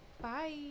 Bye